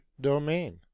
domain